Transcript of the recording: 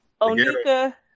Onika